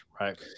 right